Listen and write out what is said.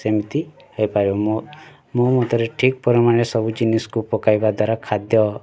ସେମିତି ହେଇପାରିବ ମୋ ମୋ ମତରେ ଠିକ୍ ପରିମାଣରେ ସବୁ ଜିନିଷକୁ ପକାଇବା ଦ୍ୱାରା ଖାଦ୍ୟ